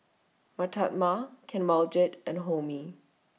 Mahatma Kanwaljit and Homi